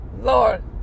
Lord